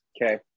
okay